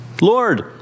Lord